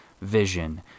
Vision